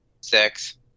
Six